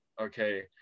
okay